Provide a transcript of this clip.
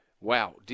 wow